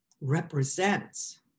represents